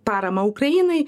paramą ukrainai